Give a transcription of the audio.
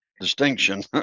distinction